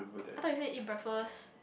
I thought you say eat breakfast